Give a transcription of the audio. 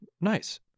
nice